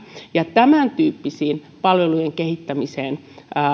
tämän tyyppiseen palvelujen kehittämiseen